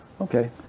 Okay